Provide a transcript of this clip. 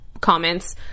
comments